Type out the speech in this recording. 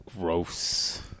Gross